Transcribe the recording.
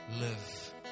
live